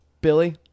Billy